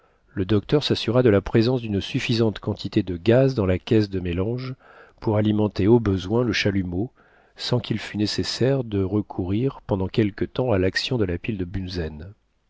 le docteur s'assura de la présence d'une suffisante quantité de gaz dans la caisse de mélange pour alimenter au besoin le chalumeau sans qu'il fût nécessaire de recourir pendant quelque temps à l'action de la pile de bunzen